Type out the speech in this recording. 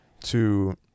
to-